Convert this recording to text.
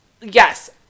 yes